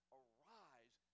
arise